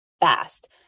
fast